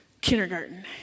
kindergarten